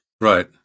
Right